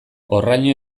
horraino